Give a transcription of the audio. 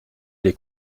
lès